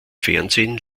fernsehen